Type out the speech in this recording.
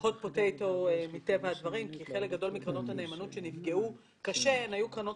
hot potato מטבע הדברים כי חלק מקרנות הנאמנות שנפגעו קשה היו קרנות